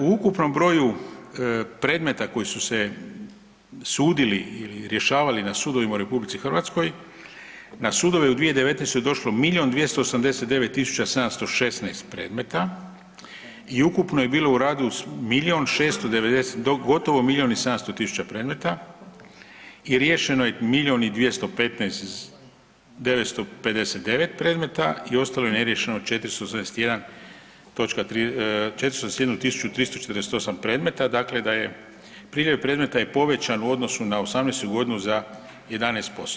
U ukupnom broju predmeta koji su se sudili ili rješavali na sudovima u RH, na sudove u 2019. je došlo milijon 289 tisuća 716 predmeta i ukupno je bilo u radu milijon 690, gotovo milijon i 700 tisuća predmeta i riješeno je milijon i 215, 959 predmeta i ostalo je neriješeno 471.348 predmeta, dakle da je, priljev predmeta je povećan u odnosu na '18.g. za 11%